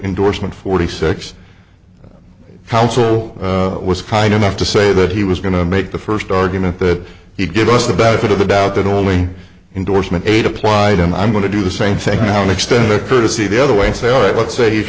endorsement forty six counsel was kind enough to say that he was going to make the first argument that he'd give us the benefit of the doubt that only indorsement eight applied and i'm going to do the same thing now extend the courtesy the other way and say all right let's say he's